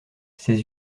ses